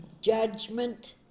judgment